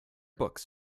books